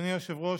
אדוני היושב-ראש,